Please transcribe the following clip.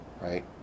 right